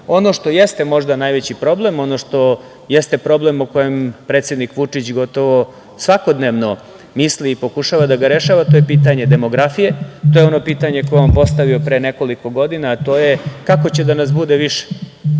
što jeste možda najveći problem, ono što jeste problem o kojem predsednik Vučić gotovo svakodnevno misli i pokušava da ga rešava, to je pitanje demografije, to je ono pitanje koje je on postavio pre nekoliko godina, a to je kako će da nas bude više?